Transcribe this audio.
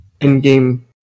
in-game